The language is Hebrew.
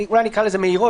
אולי אני אקרא לזה מהירות,